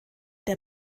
der